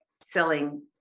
selling